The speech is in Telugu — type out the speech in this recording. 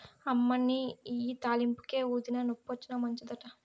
అమ్మనీ ఇయ్యి తాలింపుకే, ఊదినా, నొప్పొచ్చినా మంచిదట